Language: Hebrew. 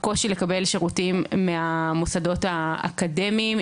הקושי לקבל שירותים מהמוסדות האקדמיים,